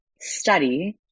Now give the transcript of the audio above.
study